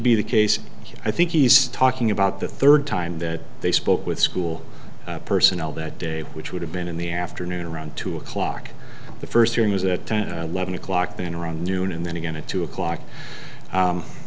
be the case here i think he's talking about the third time that they spoke with school personnel that day which would have been in the afternoon around two o'clock the first hearing was that levin o'clock noon around noon and then again at two o'clock